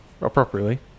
appropriately